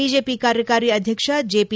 BJP ಕಾರ್ಯಕಾರಿ ಆದ್ಲಕ್ಷ JP